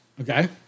Okay